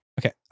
Okay